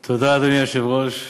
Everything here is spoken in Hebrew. תודה, אדוני היושב-ראש.